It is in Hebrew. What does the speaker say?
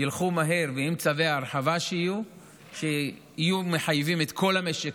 ילכו מהר עם צווי הרחבה שיחייבו את כל המשק,